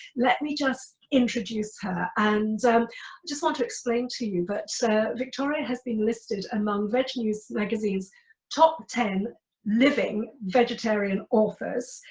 let me just introduce her and just want to explain to you that but so victoria has been listed among vegnews magazine's top ten living vegetarian authors.